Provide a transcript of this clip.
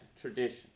tradition